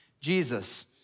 Jesus